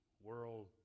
World